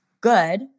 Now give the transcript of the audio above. good